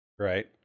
Right